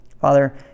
Father